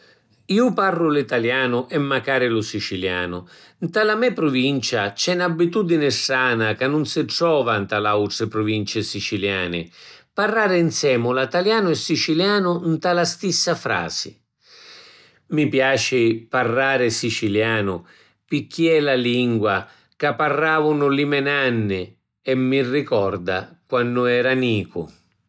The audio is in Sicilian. Ju parru l’italianu e macari lu sicilianu. Nta la me pruvincia c’è n’abitudini strana ca nun si trova nta l’autri pruvinci siciliani: parrari nsemula italianu e sicilianu nta la stissa frasi. Mi piaci parrari sicilianu pirchì è la lingua ca parravanu li me’ nanni e mi ricorda quannu eru nicu.